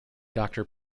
doctor